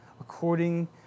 according